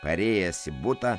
parėjęs į butą